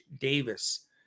Davis